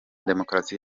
demokarasi